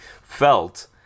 felt